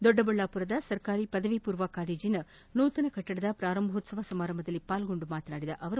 ದೊಡ್ಡಬಳ್ಳಾಪುರದ ಸರ್ಕಾರಿ ಪದವಿ ಪೂರ್ವ ಕಾಲೇಜನ ನೂತನ ಕಟ್ಟಡದ ಪ್ರಾರಂಭೋತ್ಸವ ಸಮಾರಂಭದಲ್ಲಿ ಪಾಲ್ಗೊಂಡು ಮಾತನಾಡಿದ ಅವರು